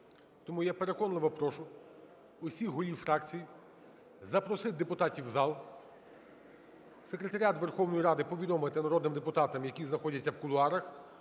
тому я переконливо прошу усіх голів фракцій запросити депутатів в зал, Секретаріат Верховної Ради повідомити народним депутатам, які знаходяться в кулуарах,